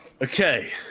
Okay